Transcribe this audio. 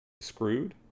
screwed